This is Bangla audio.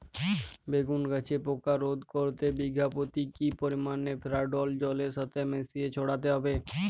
বেগুন গাছে পোকা রোধ করতে বিঘা পতি কি পরিমাণে ফেরিডোল জলের সাথে মিশিয়ে ছড়াতে হবে?